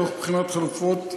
תוך בחינת חלופות מיקרו,